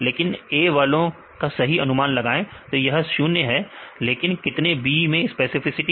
लेकिन नहीं A वालों का सही अनुमान लगाए तो यह 0 है लेकिन कितने B में स्पेसिफिसिटी